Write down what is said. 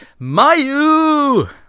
Mayu